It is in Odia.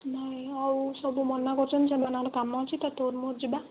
ନାଇଁ ଆଉ ସବୁ ମନା କରୁଛନ୍ତି ଚାଲ ନହେଲେ କାମ ଅଛି ତ ତୋର ମୋର ଯିବା